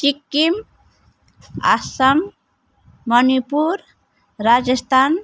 Sikkim Assam Manipur Rajasthan